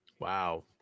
Wow